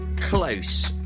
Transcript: close